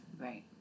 Right